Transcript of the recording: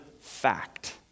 fact